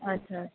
ਅੱਛਾ